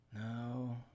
No